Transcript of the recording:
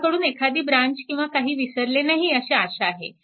माझ्याकडून एखादी ब्रँच किंवा काही विसरले नाही अशी आशा आहे